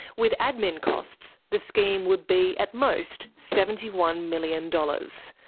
with admin costs, the scheme would be at most seventy one million dollars.